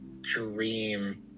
dream